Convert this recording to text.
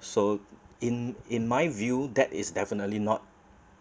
so in in my view that is definitely not